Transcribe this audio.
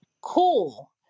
Cool